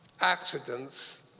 accidents